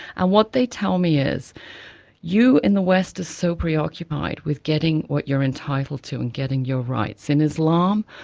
and what they tell me is you in the west are so preoccupied with getting what you're entitled to and getting your rights. in islam,